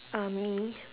uh me